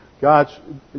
God